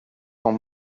sont